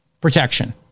protection